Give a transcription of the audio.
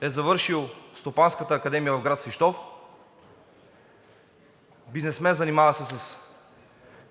е завършил Стопанската академия в град Свищов. Той е бизнесмен, занимаващ се с